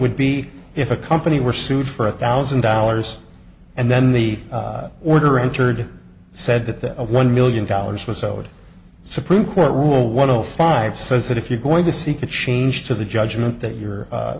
would be if a company were sued for a thousand dollars and then the order entered said that one million dollars was owed supreme court rule one o five says that if you're going to seek a change to the judgment that